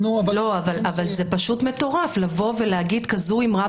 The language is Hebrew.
זה פשוט מטורף לבוא ולהגיד כזו אמרה